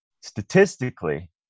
statistically